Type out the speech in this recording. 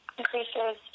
increases